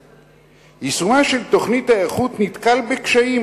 יישומה של תוכנית ההיערכות נתקל בקשיים,